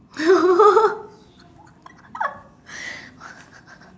oh